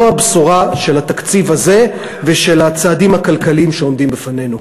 לא הבשורה של התקציב הזה ושל הצעדים הכלכליים שעומדים בפנינו.